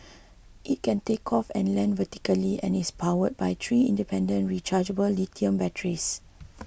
it can take off and land vertically and is powered by three independent rechargeable lithium batteries